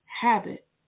habit